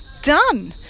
done